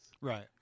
Right